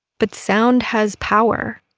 but sound has power.